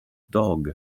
dog